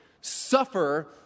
suffer